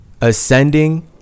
ascending